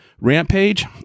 Rampage